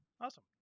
awesome